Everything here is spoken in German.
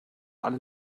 alle